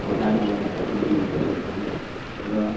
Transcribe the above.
दाना बनाएर पनि दिने गर्दछौँ र